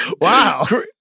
Wow